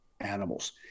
animals